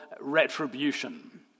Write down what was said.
retribution